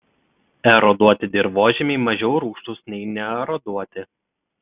eroduoti dirvožemiai mažiau rūgštūs nei neeroduoti